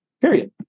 Period